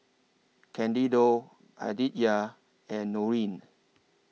Candido Aditya and Norene